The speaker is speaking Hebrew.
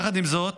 יחד עם זאת,